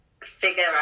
figure